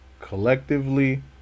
collectively